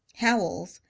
howells,